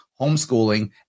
homeschooling